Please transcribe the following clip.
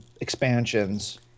expansions